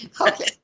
okay